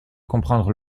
comprendre